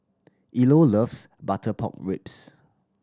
Ilo loves butter pork ribs